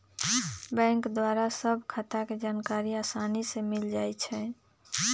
bank द्वारा सभ खता के जानकारी असानी से मिल जाइ छइ